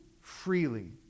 freely